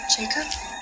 Jacob